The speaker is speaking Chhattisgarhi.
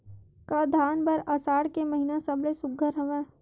का धान बर आषाढ़ के महिना सबले सुघ्घर हवय?